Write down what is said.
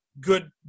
Good